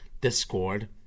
discord